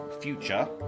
future